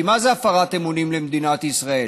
כי מה זו הפרת אמונים למדינת ישראל?